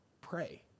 pray